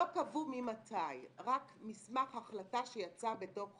לא קבעו ממתי, ורק מסמך החלטה שיצא בתוך